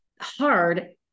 hard